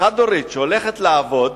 חד-הורית שהולכת לעבוד,